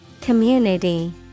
Community